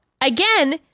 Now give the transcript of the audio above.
again